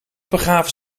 begaven